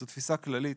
זו תפיסה כללית,